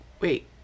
wait